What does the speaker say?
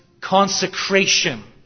consecration